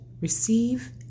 receive